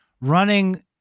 running